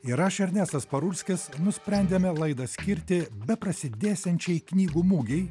ir aš ernestas parulskis nusprendėme laidą skirti beprasidėsiančiai knygų mugei